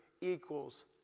equals